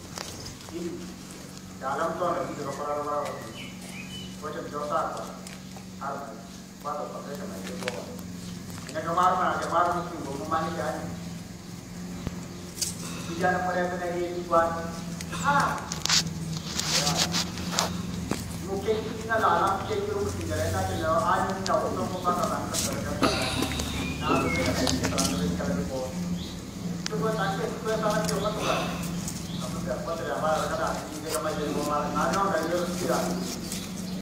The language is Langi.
Ili dalamtondo uvije vakola vala vasinga, koicho nochasakwa, aruma iyo, kwanza ukavika maisha yabowa. Nenda kamwarume aja mwarimusingo womumanisha yaani. Nijana muleta niije tigwani, kaa, oyaya, mukeki ivi nalala mukeki ulumusinga lenacho newa anyoni naousungaba mpaka wankaselekela katadana na- nazovika naijetela ndri ikala vyaboa. Siku yotangie siku esana fyuka tuku aaha, kamasea potelea mbali lekada ninii vika amaisha yovomarekani kanyonda virusiku yaye.